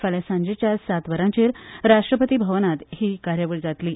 फाल्या सांजेच्या सात वरांचेर राष्ट्रपती भवनांत ही कार्यावळ जातली